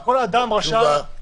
כל אדם רשאי --- תשובה בבקשה.